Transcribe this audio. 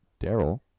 Daryl